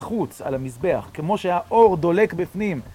חוץ על המזבח כמו שהאור דולק בפנים